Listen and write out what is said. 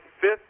fifth